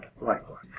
likewise